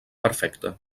perfecte